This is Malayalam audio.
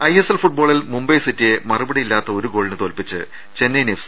ഐഎസ്എൽ ഫുട്ബോളിൽ മുംബൈ സിറ്റിയെ മറുപടിയില്ലാത്ത ഒരു ഗോളിന് തോൽപ്പിച്ച് ചെന്നൈയിൻ എഫ്